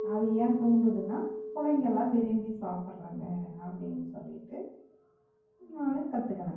அது ஏன் தூண்டுதுனா பிள்ளைங்கள்லாம் விரும்பி சாப்பிட்றாங்க அப்படின்னு சொல்லிகிட்டு நான் கற்றுக்குனேன்